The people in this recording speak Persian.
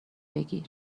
بگیر